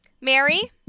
Mary